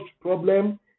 problem